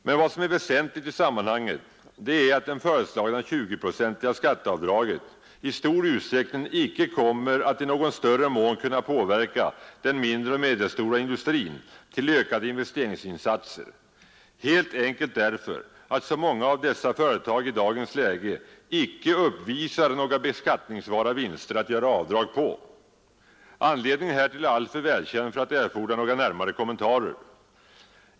Men vad som är väsentligt i sammanhanget är att det föreslagna 20-procentiga skatteavdraget i stor utsträckning icke kommer att i någon större mån kunna påverka den mindre och medelstora industrin till ökade investeringsinsatser helt enkelt därför att så många av dessa företag i dagens läge icke uppvisar några beskattningsbara vinster att göra avdrag på. Anledningen härtill är alltför välkänd för att erfordra några närmare kommentarer.